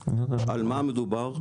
על מה מדובר?